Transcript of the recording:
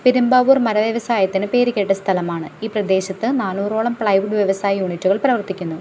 പെരുമ്പാവൂർ മരവ്യവസായത്തിന് പേര് കേട്ട സ്ഥലമാണ് ഈ പ്രദേശത്ത് നാന്നൂറോളം പ്ലൈവുഡ് വ്യവസായ യൂണിറ്റുകൾ പ്രവര്ത്തിക്കുന്നു